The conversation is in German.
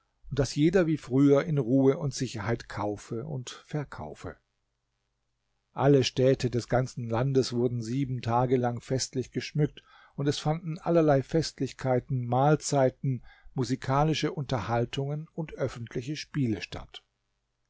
daß jeder wie früher in ruhe und sicherheit kaufe und verkaufe alle städte des ganzen landes wurden sieben tage lang festlich geschmückt und es fanden allerlei festlichkeiten mahlzeiten musikalische unterhaltungen und öffentliche spiele statt